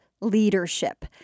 leadership